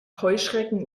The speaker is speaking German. heuschrecken